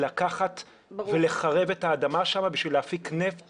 לקחת ולחרב את האדמה שם כדי להפיק נפט